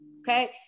Okay